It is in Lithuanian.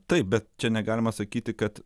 taip bet čia negalima sakyti kad